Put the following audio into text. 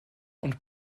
und